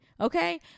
okay